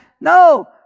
No